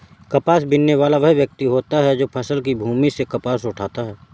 कपास बीनने वाला वह व्यक्ति होता है जो फसल की भूमि से कपास उठाता है